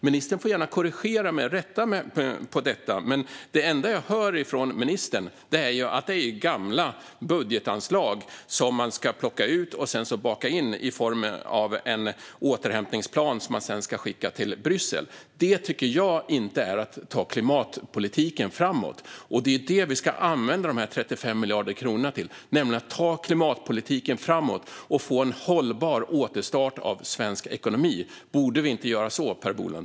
Ministern får gärna rätta mig, men det enda jag hör från ministern är att det är gamla budgetanslag som man ska plocka ut och sedan baka in i en återhämtningsplan som man ska skicka till Bryssel. Det tycker jag inte är att ta klimatpolitiken framåt, och det är ju det vi ska använda dessa 35 miljarder kronor till - att ta klimatpolitiken framåt och få en hållbar återstart av svensk ekonomi. Borde vi inte göra så, Per Bolund?